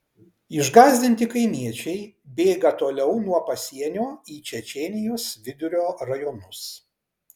išgąsdinti kaimiečiai bėga toliau nuo pasienio į čečėnijos vidurio rajonus